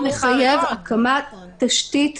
--- מחייב הקמת תשתית